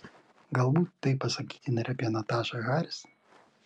galbūt tai pasakytina ir apie natašą haris